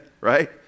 right